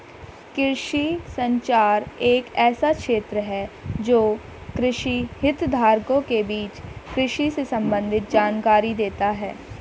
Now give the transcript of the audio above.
कृषि संचार एक ऐसा क्षेत्र है जो कृषि हितधारकों के बीच कृषि से संबंधित जानकारी देता है